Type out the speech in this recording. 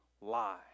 lie